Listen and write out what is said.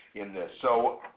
in this. so,